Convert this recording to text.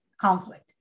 conflict